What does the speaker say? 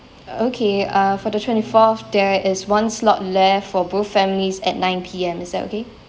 okay uh for the twenty fourth there is one slot left for both families at nine P_M is that okay